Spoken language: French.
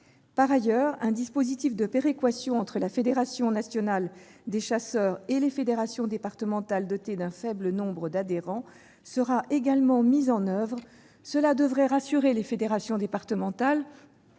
Par ailleurs, un dispositif de péréquation entre la Fédération nationale des chasseurs et les fédérations départementales dotées d'un faible nombre d'adhérents sera également mis en oeuvre. Cela devrait rassurer les fédérations départementales